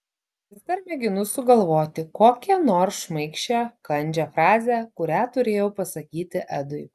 vis dar mėginu sugalvoti kokią nors šmaikščią kandžią frazę kurią turėjau pasakyti edui